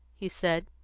he said.